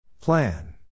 Plan